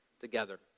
together